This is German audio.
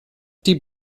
die